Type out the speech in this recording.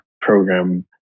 program